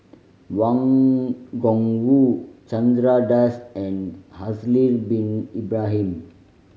Wang Gungwu Chandra Das and Haslir Bin Ibrahim